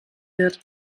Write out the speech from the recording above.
wird